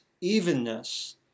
evenness